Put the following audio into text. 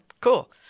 cool